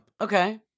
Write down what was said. Okay